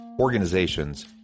organizations